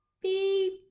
beep